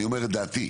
אני אומר את דעתי,